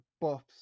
buffs